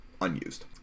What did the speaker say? unused